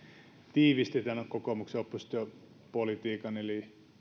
tiivisti kokoomuksen oppositiopolitiikan eli